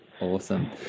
Awesome